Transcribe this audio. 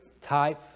type